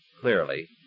Clearly